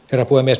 herra puhemies